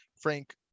Frank